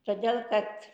todėl kad